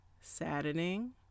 saddening